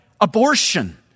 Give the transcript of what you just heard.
abortion